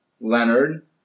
Leonard